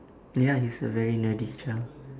ya he's a very nerdy child